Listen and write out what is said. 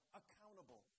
accountable